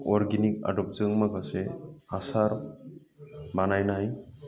organic आदबजों माखासे हासार बानायनाय